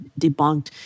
debunked